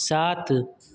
सात